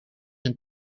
een